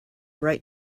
right